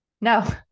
No